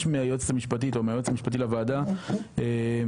מהיועצת המשפטית או מהיועץ המשפטי לוועדה לדעת,